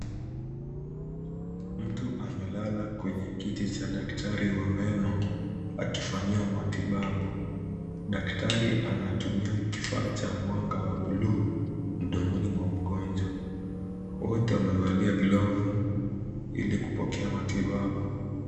Mtu amelala kwenye kiti cha daktari wa meno akifanyiwa matibabu. Daktari anatumia kifaa cha mwanga wa buluu mdomoni mwa mgonjwa. Wote wamevalia glovu ili kupokea matibabu.